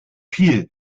viel